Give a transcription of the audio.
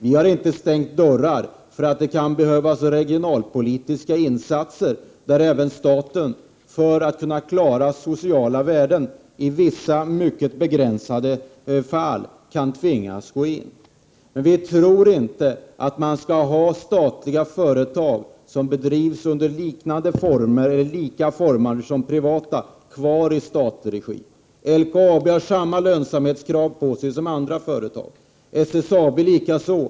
Vi har inte stängt dörrarna för att det kan behövas regionalpolitiska insatser där även staten, för att kunna klara sociala värden, i vissa mycket begränsade fall kan tvingas gå in. Vi tror inte att man skall ha statliga företag som drivs under liknande eller lika former som privata kvar i statlig regi. LKAB har samma lönsamhetskrav på sig som andra företag, likaså SSAB, som dessutom är på — Prot.